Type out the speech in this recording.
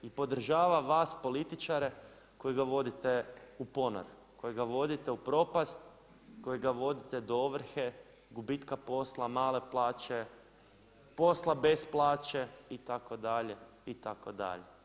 I podržava vas političare koji ga vodite u ponor, koji ga vodite u propast, koji ga vodite do ovrhe, gubitka posla, male plaće, posla bez plaće itd., itd.